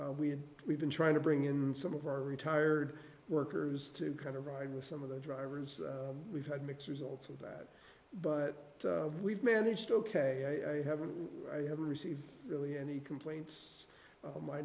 and we we've been trying to bring in some of our retired workers to kind of ride with some of the drivers we've had mixed results of that but we've managed ok i haven't i haven't received really any complaints